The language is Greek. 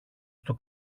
στο